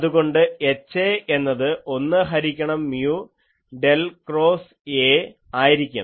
അതുകൊണ്ട് HAഎന്നത് ഒന്ന് ഹരിക്കണം മ്യൂ ഡെൽ ക്രോസ് A ആയിരിക്കും